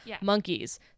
Monkeys